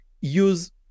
use